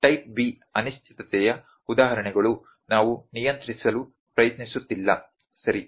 ಆದ್ದರಿಂದ type B ಅನಿಶ್ಚಿತತೆಯ ಉದಾಹರಣೆಗಳು ನಾವು ನಿಯಂತ್ರಿಸಲು ಪ್ರಯತ್ನಿಸುತ್ತಿಲ್ಲ ಸರಿ